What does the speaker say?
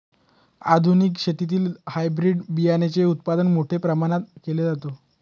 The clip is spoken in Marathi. आधुनिक शेतीत हायब्रिड बियाणाचे उत्पादन मोठ्या प्रमाणात केले जाते